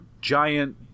giant